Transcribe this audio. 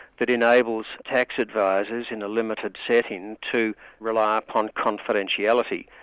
that enables tax advisers in a limited setting, to rely upon confidentiality.